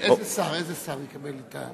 איזה שר יקבל את,